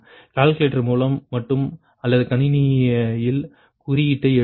calculator மூலம் மட்டும் அல்லது கணினியில் குறியீட்டை எழுதவும்